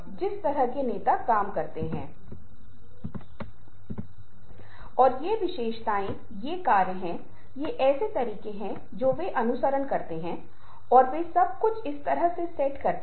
लेकिन जिस तरह से इसे प्रस्तुत किया जाता है जिस तरह से इसे विनियमित किया जाता है जिस तरह से आप मुस्कुराते हैं वह एक ऐसी चीज है जो एक अलग कहानी है जो सामाजिक रूप से संभावित है